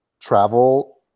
travel